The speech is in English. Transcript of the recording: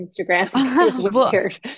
Instagram